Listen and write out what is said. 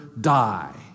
die